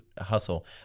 hustle